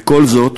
וכל זאת